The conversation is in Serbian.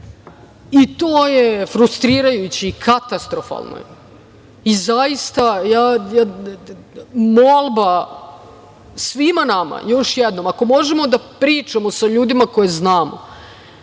To je frustrirajuće i katastrofalno je i zaista molba svima nama još jednom ako možemo da pričamo sa ljudima koje znamo,